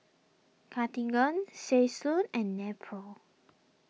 Cartigain Selsun and Nepro